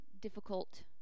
difficult